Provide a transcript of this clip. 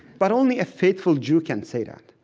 but only a faithful jew can say that.